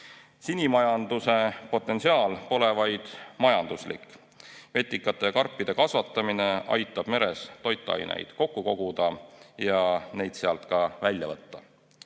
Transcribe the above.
Sinimajanduse potentsiaal pole vaid majanduslik, vetikate ja karpide kasvatamine aitab meres toitaineid kokku koguda ja neid sealt ka välja võtta.